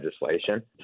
legislation